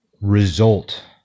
result